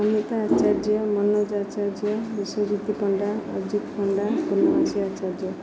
Amit Acharya Manoj Acharya Biswajit Panda Ajit Panda Kunamasi Acharya